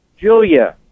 Julia